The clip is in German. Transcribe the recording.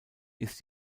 ist